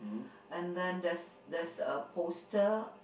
and then there's there's a poster